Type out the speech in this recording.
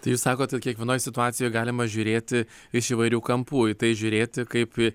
tai jūs sakot kad kiekvienoj situacijoj galima žiūrėti iš įvairių kampų į tai žiūrėti kaip į